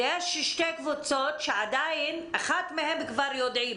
יש שתי קבוצות שאחת מהן כבר יודעים